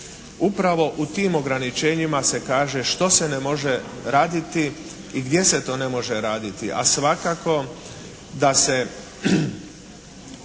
Upravo u tim ograničenjima se kaže što se ne može raditi i gdje se to ne može raditi,